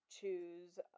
choose